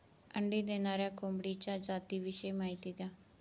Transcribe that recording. अंडी देणाऱ्या कोंबडीच्या जातिविषयी माहिती द्या